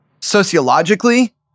sociologically